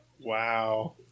Wow